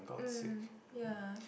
mm yeah